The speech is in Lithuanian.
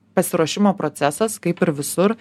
pasiruošimo procesas kaip ir visur